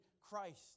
Christ